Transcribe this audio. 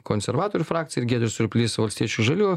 konservatorių frakcija ir giedrius surplys valstiečių žaliųjų